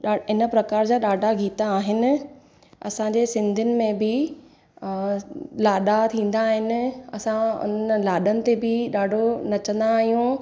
ॾा हिन प्रकार जा ॾाढा गीत आहिनि असांजे सिंधियुनि में बि अ लाॾा थींदा आहिनि असां उन लाॾनि ते बि ॾाढो नचंदा आहियूं